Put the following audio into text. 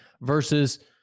versus